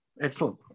Excellent